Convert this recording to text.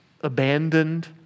abandoned